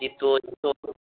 جی تو تو